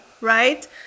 right